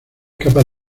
capaz